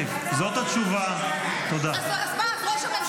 אז מה, אז ראש הממשלה משקר?